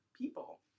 people